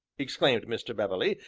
exclaimed mr. beverley,